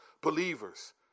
believers